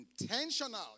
intentional